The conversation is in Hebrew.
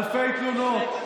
אלפי תלונות.